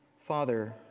Father